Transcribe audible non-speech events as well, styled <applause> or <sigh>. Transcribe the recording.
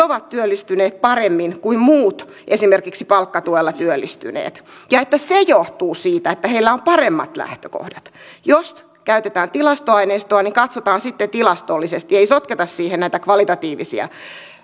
<unintelligible> ovat työllistyneet paremmin kuin muut esimerkiksi palkkatuella työllistyneet ja että se johtuu siitä että heillä on paremmat lähtökohdat jos käytetään tilastoaineistoa niin katsotaan sitten tilastollisesti ei sotketa siihen näitä kvalitatiivisia